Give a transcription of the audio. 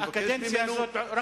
הקדנציה רק בתחילתה,